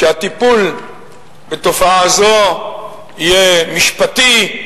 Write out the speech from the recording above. שהטיפול בתופעה זו יהיה משפטי,